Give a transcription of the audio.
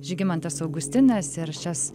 žygimantas augustinas ir šias